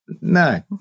no